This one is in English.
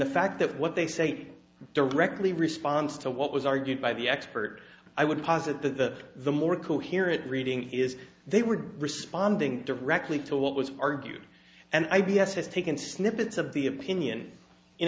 the fact that what they say directly response to what was argued by the expert i would posit that the more coherent reading is they were responding directly to what was argued and i b s has taken snippets of the opinion in